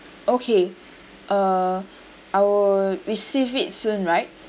okay uh I will receive it soon right